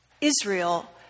Israel